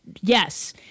Yes